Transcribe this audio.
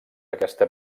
aquesta